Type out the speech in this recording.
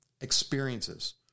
experiences